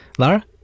Lara